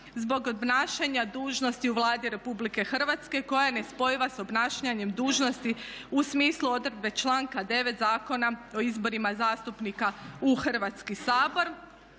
zbog obnašanja dužnosti u Vladi Republike Hrvatske koja je nespojiva sa obnašanjem dužnosti u smislu odredbe članka 9. Zakona o izborima zastupnika u Hrvatski sabor.